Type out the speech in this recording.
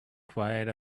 quiet